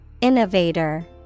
Innovator